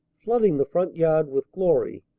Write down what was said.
flooding the front yard with glory,